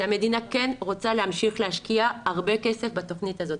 שהמדינה כן רוצה להמשיך להשקיע הרבה כסף בתכנית הזאת.